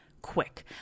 Quick